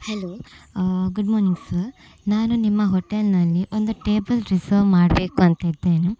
hello good morning sir ನಾನು ನಿಮ್ಮ ಹೋಟೆಲ್ನಲ್ಲಿ ಒಂದು ಟೇಬಲ್ ರಿಸವ್ ಮಾಡಬೇಕು ಅಂತಿದ್ದೇನೆ